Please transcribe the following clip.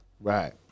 Right